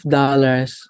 dollars